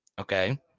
Okay